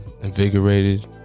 invigorated